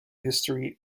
history